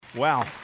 Wow